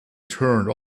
turned